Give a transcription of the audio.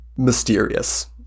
mysterious